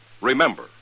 Remember